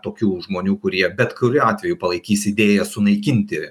tokių žmonių kurie bet kuriuo atveju palaikys idėją sunaikinti